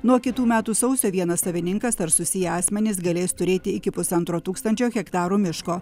nuo kitų metų sausio vienas savininkas ar susiję asmenys galės turėti iki pusantro tūkstančio hektarų miško